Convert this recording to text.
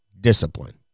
discipline